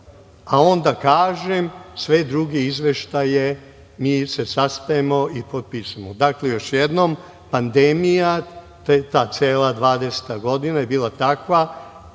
a onda, kažem, za sve druge izveštaje mi se sastajemo i potpisujemo. Dakle, još jednom, pandemija, ta cela 2020. godina je bila takva,